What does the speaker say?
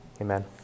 Amen